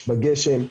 בגשם.